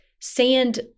sand